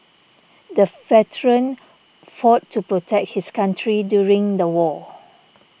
the veteran fought to protect his country during the war